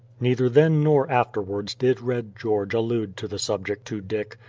neither then nor afterwards did red george allude to the subject to dick,